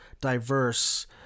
diverse